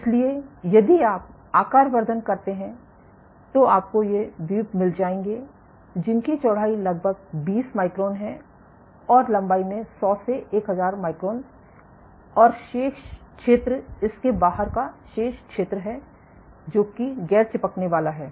इसलिए यदि आप आकार वर्धन करते हैं तो आपको ये द्वीप मिल जाएंगे जिनकी चौड़ाई लगभग 20 माइक्रोन है और लंबाई में 100 से 1000 माइक्रोन और शेष क्षेत्र इसके बाहर का शेष क्षेत्र है जो कि गैर चिपकने वाला है